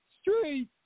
Street